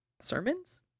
sermons